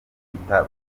gutwita